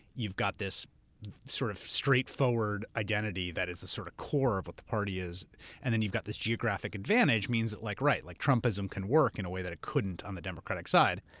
you've got this sort of straightforward identity that is a sort of core of what the party is and then you've got this geographic advantage means that like, right? like trumpism can work in a way that it couldn't on the democratic side.